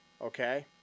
Okay